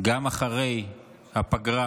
גם אחרי הפגרה.